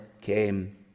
came